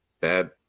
bad